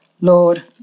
Lord